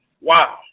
wow